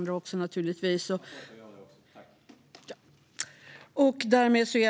: Det gör jag också.)